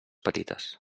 petites